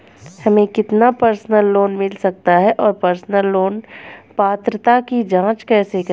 हमें कितना personal loan मिल सकता है और पर्सनल लोन पात्रता की जांच कैसे करें?